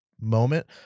moment